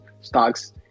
stocks